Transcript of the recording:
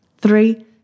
three